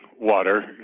water